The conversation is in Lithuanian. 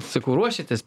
sakau ruošiatės